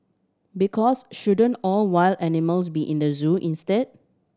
because shouldn't all wild animals be in the zoo instead